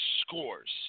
scores